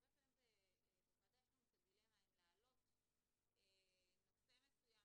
הרבה פעמים בוועדה יש לנו את הדילמה האם להעלות נושא מסוים,